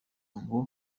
ngo